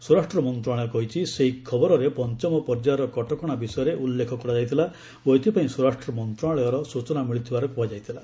ସ୍ୱରାଷ୍ଟ୍ର ମନ୍ତ୍ରଣାଳୟ କହିଛି ସେହି ଖବରରେ ପଞ୍ଚମ ପର୍ଯ୍ୟାୟର କଟକଣା ବିଷୟରେ ଉଲ୍ଲେଖ କରାଯାଇଥିଲା ଓ ଏଥିପାଇଁ ସ୍ୱରାଷ୍ଟ୍ର ମନ୍ତ୍ରଣାଳୟରୁ ସୂଚନା ମିଳିଥିବାର କୁହାଯାଇଥିଲା